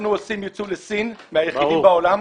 אנחנו עושים יצוא לסין, מהיחידים בעולם,